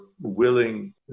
willing